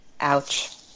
Ouch